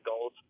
goals